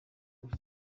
gusa